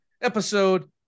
episode